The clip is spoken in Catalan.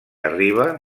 arriba